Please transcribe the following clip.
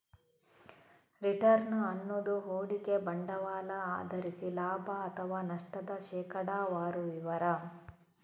return ಅನ್ನುದು ಹೂಡಿಕೆ ಬಂಡವಾಳ ಆಧರಿಸಿ ಲಾಭ ಅಥವಾ ನಷ್ಟದ ಶೇಕಡಾವಾರು ವಿವರ